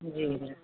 जी जी